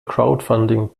crowdfunding